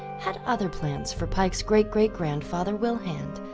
had other plans for pike's great-great-grandfather wilhand,